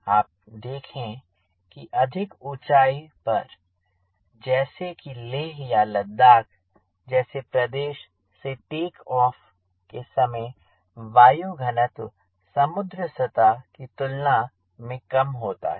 आप देखें कि अधिक ऊंचाई पर जैसे कि लेह या लद्दाख जैसे प्रदेश से टेक ऑफ के समय वायु घनत्व समुद्र सतह की तुलना में कम होता है